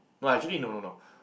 but actually no no no